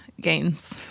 gains